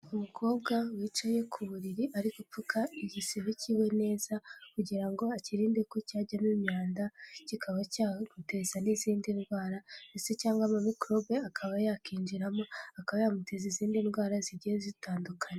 Umukobwa wicaye ku buriri, ari gupfuka igisebe cyiwe neza, kugira ngo akirinde ko cyageramo imyanda, kikaba cyamuteza n’izindi ndwara, ndetse cyangwa mikorobe akaba yakinjiramo, akaba yamuteza izindi ndwara zagiye zitandukanye.